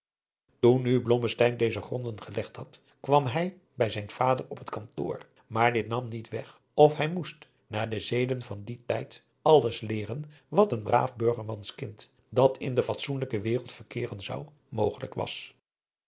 toen nu blommesteyn deze gronden gelegd had kwam hij bij zijn vader op het kantoor maar dit nam niet weg of hij moest naar de zeden van dien tijd alles leeren wat een braaf burgermans kind dat in de fatsoenlijke wereld verkeeren zou mogelijk was